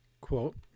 quote